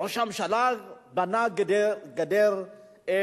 ראש הממשלה בנה גדר במצרים.